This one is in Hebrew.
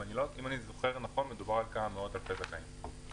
אם אני זוכר נכון מדובר בכמה מאות אלפי זכאים.